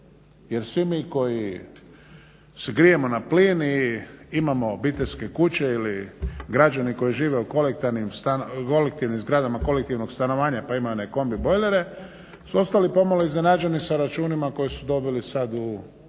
Jer svi mi koji se grijemo na plin i imamo obiteljske kuće ili građani koji žive u …/Govornik se ne razumije./… zgradama, kolektivnog stanovanja pa imaju one kombi bojlere su ostali pomalo iznenađeni sa računima koje su dobili sada u 12.